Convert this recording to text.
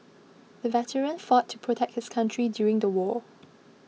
the veteran fought to protect his country during the war